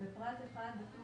בפרט 1, בטור